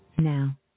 Now